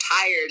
tired